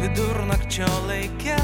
vidurnakčio laike